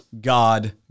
God